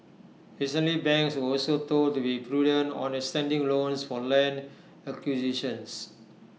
recently banks were also told to be prudent on extending loans for land acquisitions